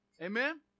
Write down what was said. Amen